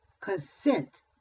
consent